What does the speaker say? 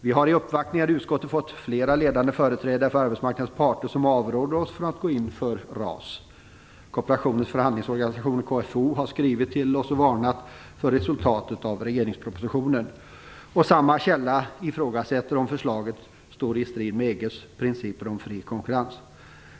Vi har haft uppvaktningar i utskottet från flera ledande företrädare för arbetsmarknadens parter, som avråder oss från att gå in för RAS. Kooperationens förhandlingsorganisation, KFO, har skrivit till oss och varnat för resultatet av regeringspropositionen. KFO ifrågasätter om förslaget står i strid med EG:s principer om fri konkurrens.